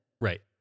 right